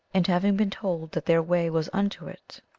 and having been told that their way was unto it,